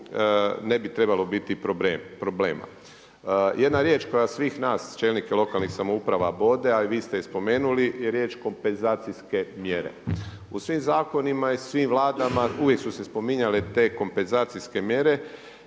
ne bi trebalo biti problema. Jedna riječ koja svih nas čelnike lokalnih samouprava bode a vi ste je spomenuli je riječ kompenzacijske mjere. U svim zakonima i svim Vladama uvijek su se spominjale te kompenzacijske mjere